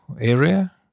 area